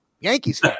yankees